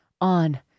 on